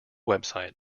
website